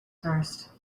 first